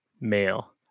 male